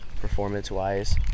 performance-wise